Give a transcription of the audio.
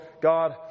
God